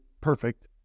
perfect